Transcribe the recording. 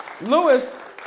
Lewis